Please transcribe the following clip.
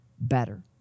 better